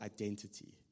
identity